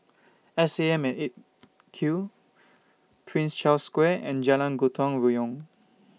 S A M At eight Q Prince Charles Square and Jalan Gotong Royong